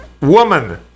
Woman